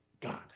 God